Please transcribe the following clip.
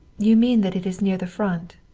you mean that it is near the front?